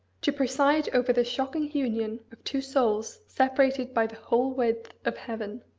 to preside over the shocking union of two souls separated by the whole width of heaven?